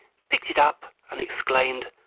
picked it up, and exclaimed,